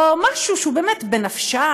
או משהו שהוא באמת בנפשה,